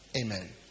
Amen